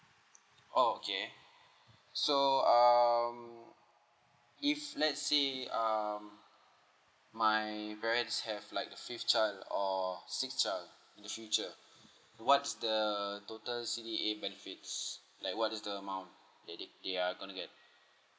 oh okay so um if let's say um my parents have like a fifth child or sixth child in the future what's the the C_D_A benefits like what is the amount that they are going to get